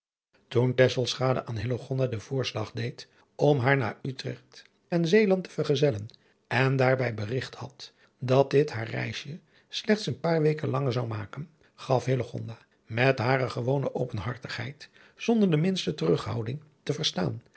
selschade aan hillegonda den voorslag deed om haar naar dordrecht en zeeland te vergezellen en daar bij berigt had dat dit haar reisje slechts een paar weken langer zou maken gaf hillegonda met hare gewone openhartigheid zonder de minste terughouding te verstaan